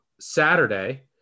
Saturday